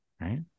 right